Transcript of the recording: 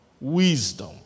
Wisdom